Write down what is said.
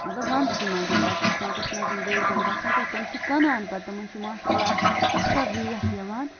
مَطلَب وَندسٕے مَنٛز پَتہٕ چھِ سونتَس مَنٛز یِم بٔڑ بٔڑ گَژھان تہٕ تِم چھِ کٕنان پَتہٕ تِمَن چھ ماشا اللہ اتھ اصٕل ریٹ یوان